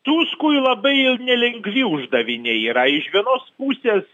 tuskui labai nelengvi uždaviniai yra iš vienos pusės